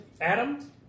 Adam